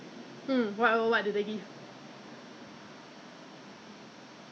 with with alcohol ah and then two small bottles those handy one 那个可以随身带那种